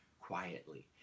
quietly